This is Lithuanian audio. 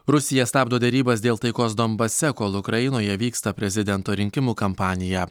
rusija stabdo derybas dėl taikos donbase kol ukrainoje vyksta prezidento rinkimų kampanija